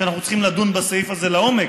שאנחנו צריכים לדון בסעיף הזה לעומק.